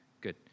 good